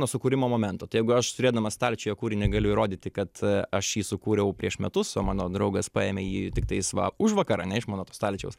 nuo sukūrimo momento tai jeigu aš turėdamas stalčiuje kūrinį galiu įrodyti kad aš jį sukūriau prieš metus o mano draugas paėmė jį tiktais va užvakar ane iš mano to stalčiaus